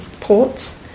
ports